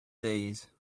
days